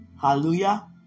Hallelujah